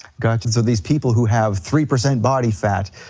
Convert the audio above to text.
gotcha, so these people who have three percent body fat,